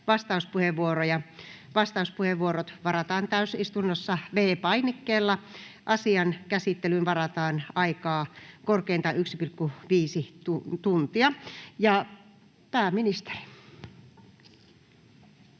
Vastauspuheenvuorot varataan täysistunnossa V-painikkeella. Asian käsittelyyn varataan aikaa korkeintaan 1,5 tuntia. — Pääministeri.